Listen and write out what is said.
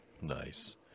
Nice